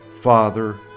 father